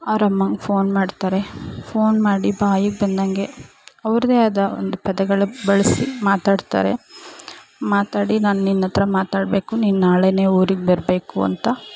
ಅವ್ರ ಅಮ್ಮಂಗೆ ಫೋನ್ ಮಾಡ್ತಾರೆ ಫೋನ್ ಮಾಡಿ ಬಾಯಿಗೆ ಬಂದಂಗೆ ಅವ್ರದ್ದೇ ಆದ ಒಂದು ಪದಗಳು ಬಳಸಿ ಮಾತಾಡ್ತಾರೆ ಮಾತಾಡಿ ನಾನು ನಿನ್ನ ಹತ್ರ ಮಾತಾಡಬೇಕು ನೀನು ನಾಳೆಯೇ ಊರಿಗೆ ಬರಬೇಕು ಅಂತ